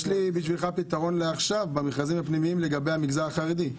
יש לי בשבילך פתרון לעכשיו במכרזים הפנימיים לגבי המגזר החרדי.